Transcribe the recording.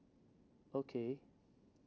okay